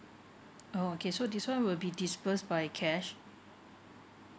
oh okay so this one will be disburse by cash